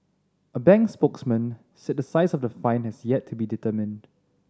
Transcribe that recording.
a bank spokesman said the size of the fine had yet to be determined